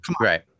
right